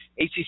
ACC